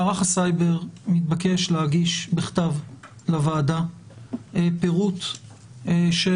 מערך הסייבר מתבקש להגיש בכתב לוועדה פירוט של